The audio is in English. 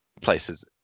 places